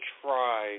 try